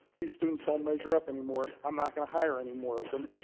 these students don't measure up anymore. i'm not going to hire anymore of them.